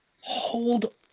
hold